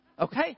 Okay